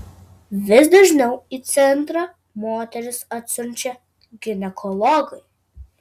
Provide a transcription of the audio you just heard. vis dažniau į centrą moteris atsiunčia ginekologai